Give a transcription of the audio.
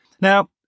Now